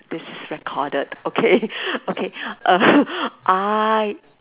this is recorded okay okay err I